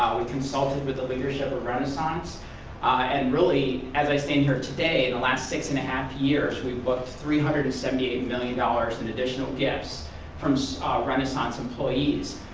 we consulted with the leadership of renaissance and really as i stand here today the last six-and-a-half years we've booked three hundred and seventy eight million dollars in additional gifts from so renaissance employees.